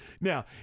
Now